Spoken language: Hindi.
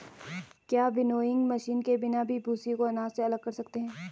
क्या विनोइंग मशीन के बिना भी भूसी को अनाज से अलग कर सकते हैं?